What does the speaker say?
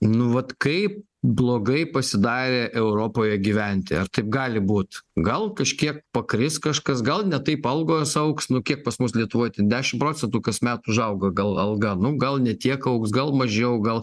nu vat kaip blogai pasidarė europoje gyventi ar taip gali būt gal kažkiek pakris kažkas gal ne taip algos augs nu kiek pas mus lietuvoj tie dešim procentų kasmet užaugo gal alga nu gal ne tiek augs gal mažiau gal